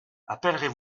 appellerez